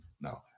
No